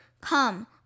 Come